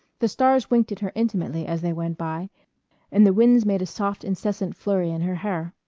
the stars winked at her intimately as they went by and the winds made a soft incessant flurry in her hair.